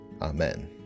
Amen